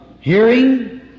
hearing